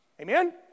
Amen